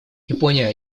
япония